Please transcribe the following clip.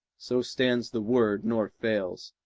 so stands the word, nor fails.